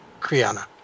Kriana